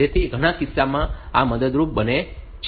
તેથી તે ઘણા કિસ્સાઓમાં મદદરૂપ બને છે